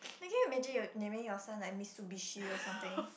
I can't imagine you naming your son like Mitsubishi or something